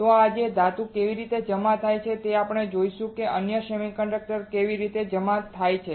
તો આજે આ ધાતુ કેવી રીતે જમા થાય છે આપણે જાણીશું કે અન્ય સેમિકન્ડક્ટર્સ કેવી રીતે જમા થાય છે